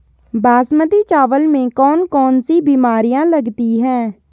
बासमती चावल में कौन कौन सी बीमारियां लगती हैं?